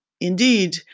indeed